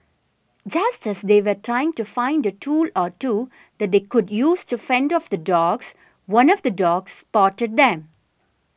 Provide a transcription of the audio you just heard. just as they were trying to find a tool or two that they could use to fend off the dogs one of the dogs spotted them